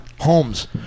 homes